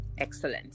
excellent